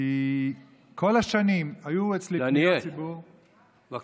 כי כל השנים היו אליי פניות ציבור של